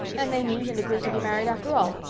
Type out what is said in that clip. and they meet and agree to be married after all.